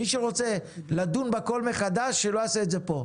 מי שרוצה לדון בכל מחדש, שלא יעשה את זה פה.